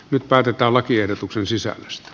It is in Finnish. nyt päätetään lakiehdotuksen sisällöstä